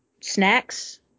snacks